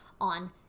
on